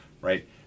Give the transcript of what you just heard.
right